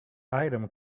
item